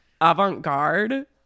avant-garde